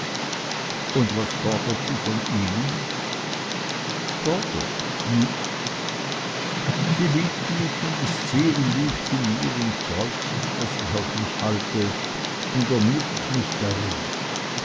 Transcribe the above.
und was fordert sie von ihnen fordert nichts sie liebt mich und ist seelensgut zu mir und freut sich daß ich auf mich halte und ermutigt mich darin